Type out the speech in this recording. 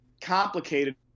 complicated